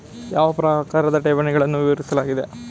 ಯಾವ ಪ್ರಕಾರದ ಠೇವಣಿಗಳನ್ನು ವಿವರಿಸಲಾಗಿದೆ?